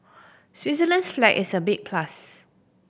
Switzerland's flag is a big plus